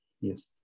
Yes